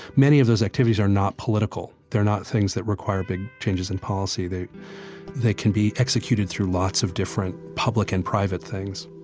many of those activities are not political. they're not things that require big changes in policy. they they can be executed through lots of different public and private things